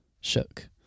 shook